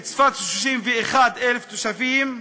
בצפת, 31,000 תושבים.